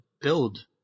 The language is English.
build